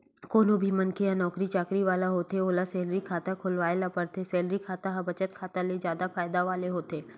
कोनो भी मनखे ह नउकरी चाकरी वाला होथे त ओला सेलरी खाता खोलवाए ल परथे, सेलरी खाता ह बचत खाता ले जादा फायदा वाला होथे